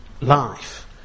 life